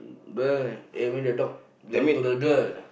girl I mean the dog belong to the girl